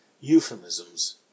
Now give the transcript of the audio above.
Euphemisms